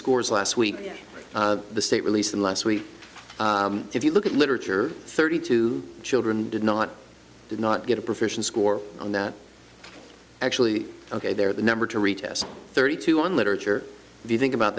scores last week when the state released them last week if you look at literature thirty two children did not did not get a profession score on that actually ok there the number to retest thirty two on literature if you think about